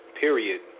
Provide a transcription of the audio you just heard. period